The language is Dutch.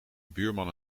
buurman